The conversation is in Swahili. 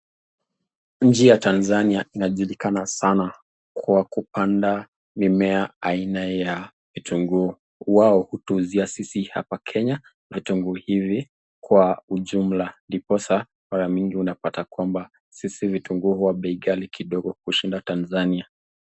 Nchi ya Tanzania inajulikana sanaa kwa kupandaa mimea ya aina ya vitunguu wao hutuuzia sisi wakenya kwa ujumla ndiposa kwa mara mingi utapata kwamba sisi vitunguu Huwa bei ghali sanaa kushinda Tanzania .